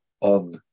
on